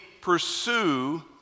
pursue